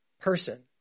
person